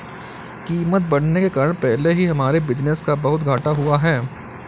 कीमतें बढ़ने के कारण पहले ही हमारे बिज़नेस को बहुत घाटा हुआ है